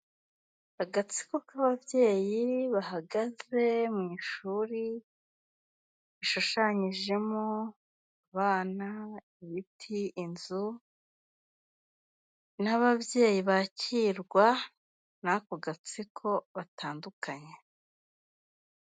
Agatsiko k'ababyeyi bahagaze mu ishuri, rishushanyijemo abana, ibiti, inzu n'ababyeyi bakirwa n'ako gatsiko batandukanye.